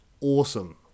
awesome